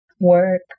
work